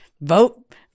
Vote